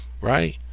right